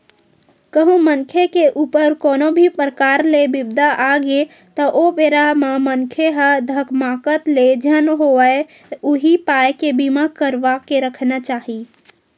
कहूँ मनखे के ऊपर कोनो भी परकार ले बिपदा आगे त ओ बेरा म मनखे ह धकमाकत ले झन होवय उही पाय के बीमा करवा के रखना चाही